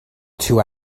two